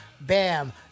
Bam